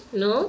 no